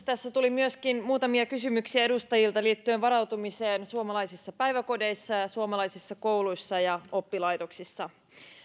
tässä tuli myöskin muutamia kysymyksiä edustajilta liittyen varautumiseen suomalaisissa päiväkodeissa ja ja suomalaisissa kouluissa ja oppilaitoksissa